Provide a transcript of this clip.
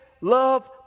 love